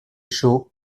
chaud